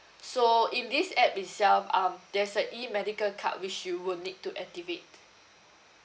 so in this app itself um there's a E medical card which you will need to activate